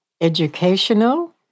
educational